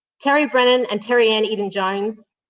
terry brennan and terri-ann eden-jones,